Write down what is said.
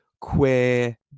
queer